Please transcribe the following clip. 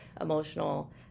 emotional